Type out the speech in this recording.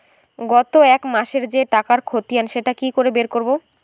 গত এক মাসের যে টাকার খতিয়ান সেটা কি করে বের করব?